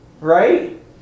Right